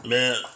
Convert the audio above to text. Man